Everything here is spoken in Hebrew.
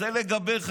זה לגביך,